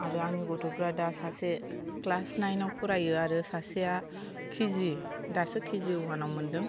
आरो आंनि गथ'फ्रा दा सासे क्लास नाइनाव फरायो आरो सासेआ केजि दासो केजि अवानाव मोनदों